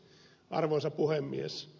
arvoisa puhemies